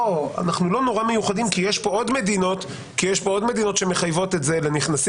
אנחנו לא נורא מיוחדים כי יש פה עוד מדינות שמחייבות את זה לנכנסים.